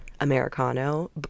Americano